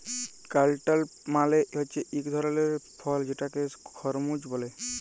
cantaloupe মালে হছে ইক ধরলের ফল যেটাকে খরমুজ ব্যলে